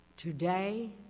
Today